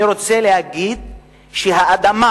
אני רוצה להגיד שהאדמה